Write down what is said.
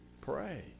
Pray